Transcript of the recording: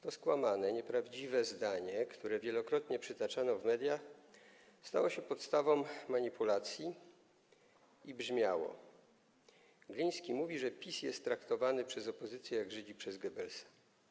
To skłamane, nieprawdziwe zdanie, które wielokrotnie przytaczano w mediach, stało się podstawą manipulacji i brzmiało: Gliński mówi, że PiS jest traktowany przez opozycję jak Żydzi przez Goebbelsa.